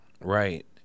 Right